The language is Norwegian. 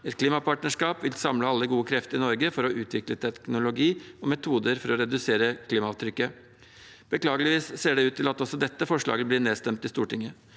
Et klimapartnerskap vil samle alle gode krefter i Norge for å utvikle teknologi og metoder for å redusere klimaavtrykket. Beklageligvis ser det ut til at også dette forslaget blir nedstemt i Stortinget.